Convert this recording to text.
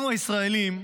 אנחנו, הישראלים,